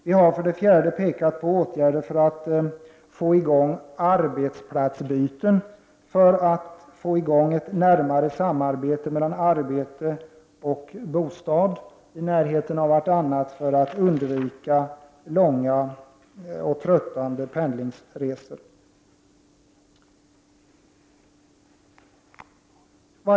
Vi har för det fjärde pekat på åtgärder för att få till stånd arbetsplatsbyten och därmed ett närmare samarbete mellan arbete och bostad. Dessa skall alltså ligga i närheten av varandra så att långa och tröttande pendlingsresor kan undvikas.